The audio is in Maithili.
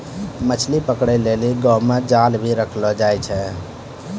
मछली पकड़े के लेली गांव मे जाल भी रखलो जाए छै